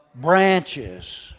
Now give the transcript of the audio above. branches